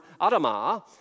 Adama